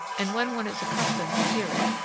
and when one is accustomed to hear it,